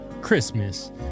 Christmas